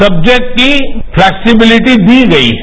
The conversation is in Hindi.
सब्जेक्ट की फलैक्सीबिलिटी दी गई है